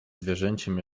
zwierzęciem